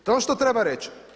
To je ono što treba reći.